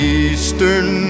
eastern